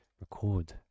record